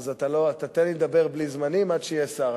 אז אתה תיתן לי לדבר בלי זמנים עד שיהיה שר,